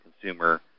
consumer